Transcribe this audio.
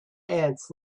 ants